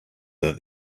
that